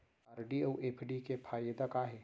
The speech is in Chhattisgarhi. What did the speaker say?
आर.डी अऊ एफ.डी के फायेदा का हे?